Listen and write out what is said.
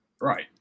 Right